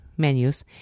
menus